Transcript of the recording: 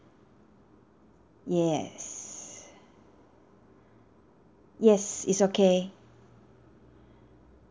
yes yes it's okay